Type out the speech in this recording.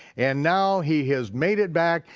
and now he has made it back,